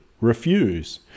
refuse